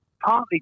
partly